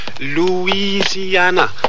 Louisiana